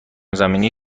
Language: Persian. زمینی